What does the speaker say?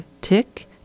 tick